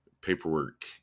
paperwork